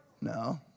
No